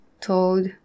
told